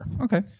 Okay